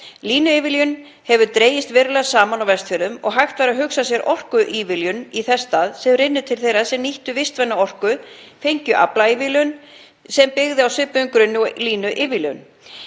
Línuívilnun hefur dregist verulega saman á Vestfjörðum og hægt væri að hugsa sér orkuívilnun í þess stað sem rynni til þeirra sem nýttu vistvæna orku, fengju aflaívilnun sem byggði á svipuðum grunni og línuívilnun.